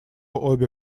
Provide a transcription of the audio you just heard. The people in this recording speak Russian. обе